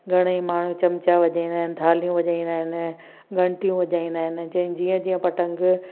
घणेई माण्हू चमचा वॼाईंदा आहिनि थालियूं वॼाईंदा आहिनि घंटियूं वॼाईंदा आहिनि जंहिं जीअं जीअं पटंग